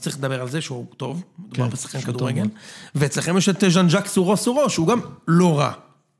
צריך לדבר על זה שהוא טוב, מדובר בשחקים כדורגל. ואצלכם יש את זאן ז'ק סורו סורו, שהוא גם לא רע.